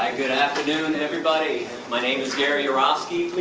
good afternoon, everybody, my name is gary yourofsky.